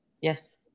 Yes